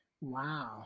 Wow